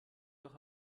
doch